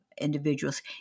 individuals